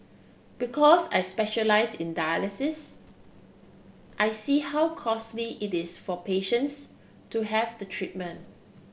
because I specialise in dialysis I see how costly it is for patients to have the treatment